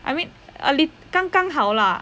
I mean a little 刚刚好啦